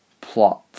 plot